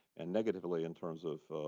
and negatively in terms of